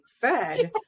fed